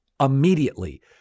immediately